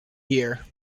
year